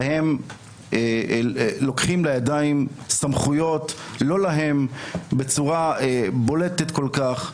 בהם לוקחים לידיים סמכויות לא להם בצורה בולטת כל כך.